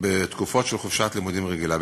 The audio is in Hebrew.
בתקופות של חופשת לימודים רגילה.